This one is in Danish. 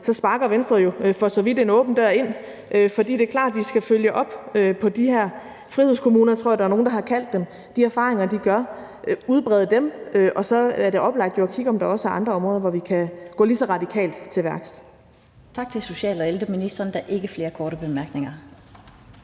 sparker Venstre jo for så vidt en åben dør ind. For det er klart, at vi skal følge op på de her frihedskommuner, som jeg tror at der er nogle der har kaldt dem, og de erfaringer, de gør, og udbrede dem. Og så er det oplagte jo at kigge på, om der også er andre områder, hvor vi kan gå lige så radikalt til værks. Kl. 15:30 Den fg. formand (Annette Lind): Tak til social- og ældreministeren. Der er ikke flere korte bemærkninger.